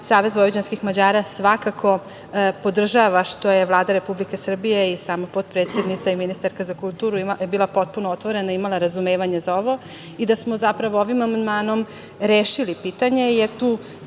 svidelo.S toga, SVM svakako podržava što je Vlada Republike Srbije i sama potpredsednica i ministarka za kulturu bila potpuno otvorena i imala razumevanje za ovo i da smo zapravo ovim amandmanom rešili pitanje, jer tu